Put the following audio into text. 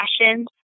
passions